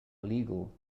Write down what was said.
illegal